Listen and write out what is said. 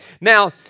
Now